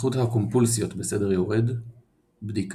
שכיחות הקומפולסיות בסדר יורד בדיקה,